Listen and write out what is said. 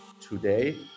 today